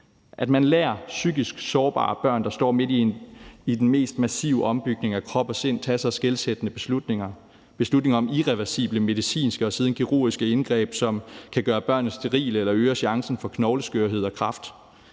at man lader psykisk sårbare børn, der står midt i den mest massive ombygning af krop og sind, tage så skelsættende beslutninger – beslutninger om irreversible medicinske og siden kirurgiske indgreb, som kan gøre børnene sterile eller øger chancen for knogleskørhed og kræft.